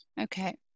Okay